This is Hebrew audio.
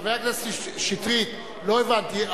חבר הכנסת שטרית, לא הבנתי.